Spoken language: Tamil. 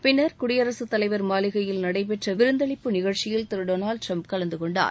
பின்னர் குடியரசுத் தலைவர் மாளிகையில் நடைபெற்ற விருந்தளிப்பு நிகழ்ச்சியில் திரு டொனால்டு டிரம்ப் கலந்து கொண்டார்